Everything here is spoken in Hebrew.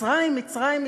מצרים,